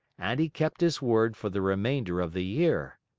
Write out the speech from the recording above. and he kept his word for the remainder of the year.